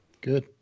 Good